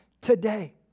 today